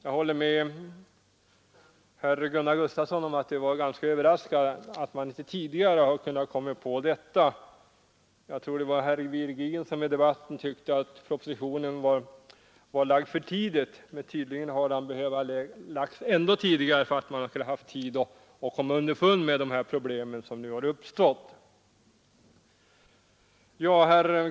Jag håller med Gunnar Gustafsson om att det var ganska överraskande att man inte tidigare hade upptäckt den saken. Jag tror det var herr Virgin som i debatten nämnde att propositionen var framlagd för tidigt, men den hade tydligen behövt läggas ännu tidigare för att man skulle haft tid att komma underfund med de problem som nu har uppstått.